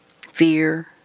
fear